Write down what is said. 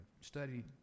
study